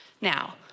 Now